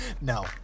No